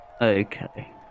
Okay